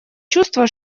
чувство